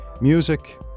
Music